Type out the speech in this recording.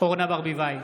אורנה ברביבאי,